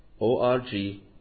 o-r-g